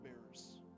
bearers